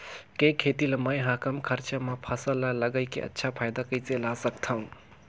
के खेती ला मै ह कम खरचा मा फसल ला लगई के अच्छा फायदा कइसे ला सकथव?